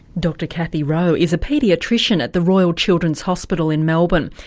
dr kathy rowe is a paediatrician at the royal children's hospital in melbourne,